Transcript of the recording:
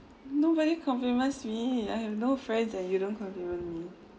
nobody compliments me I have no friends and you don't compliment me